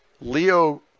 Leo